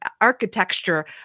architecture